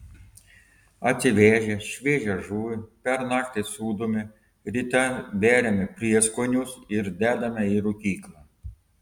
atsivežę šviežią žuvį per naktį sūdome ryte beriame prieskonius ir dedame į rūkyklą